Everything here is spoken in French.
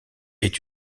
est